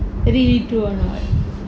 really true or not